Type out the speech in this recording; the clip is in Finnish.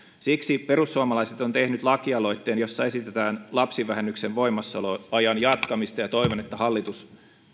siksi perussuomalaiset on tehnyt lakialoitteen jossa esitetään lapsivähennyksen voimassaoloajan jatkamista ja toivon että hallitus